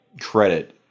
credit